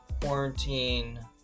quarantine